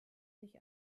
sich